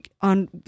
on